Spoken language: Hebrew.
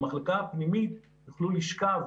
במחלקה הפנימית יוכלו לשכב